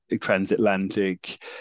transatlantic